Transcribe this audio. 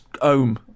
ohm